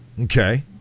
Okay